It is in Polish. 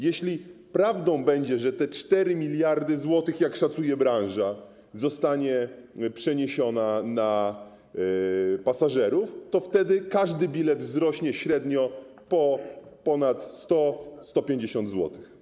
Jeśli prawdą będzie, że te 4 mld zł, jak szacuje branża, zostanie przeniesione na pasażerów, to wtedy cena każdego biletu wzrośnie średnio o ponad 100, 150 zł.